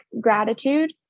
gratitude